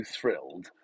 thrilled